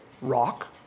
rock